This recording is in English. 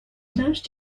most